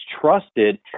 trusted